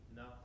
no